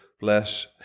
bless